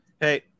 Hey